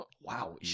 Wow